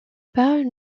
pas